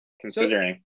considering